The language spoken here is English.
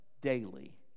daily